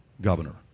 governor